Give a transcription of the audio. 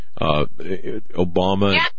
Obama